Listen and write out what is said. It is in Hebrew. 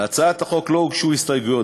להצעת החוק לא הוגשו הסתייגויות,